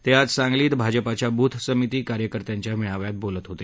ते आज सांगलीत भाजपाच्या बूथ समिती कार्यकर्त्यांच्या मेळाव्यात बोलत होते